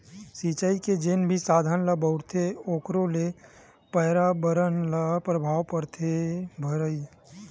सिचई के जेन भी साधन ल बउरथे ओखरो ले परयाबरन ल परभाव परथे भईर